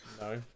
No